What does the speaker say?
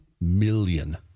million